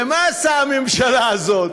ומה עושה הממשלה הזאת?